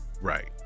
Right